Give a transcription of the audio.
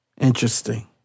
Interesting